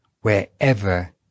wherever